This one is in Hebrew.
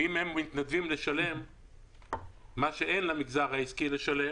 ואם הם מתנדבים לשלם מה שאין למגזר העסקי לשלם